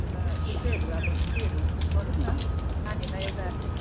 अन्त त्यस्तैहरू अब के केहरू गरौँ न नानीहरूलाई एउटा